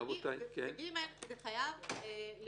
את לא יכולה להגביל את הסמכות --- אם